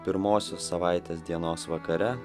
pirmosios savaitės dienos vakare